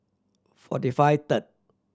forty five third